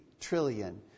trillion